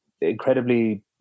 incredibly